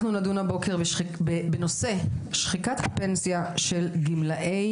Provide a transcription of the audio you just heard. אנחנו נדון הבוקר בנושא שחיקת הפנסיה של גמלאי